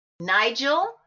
Nigel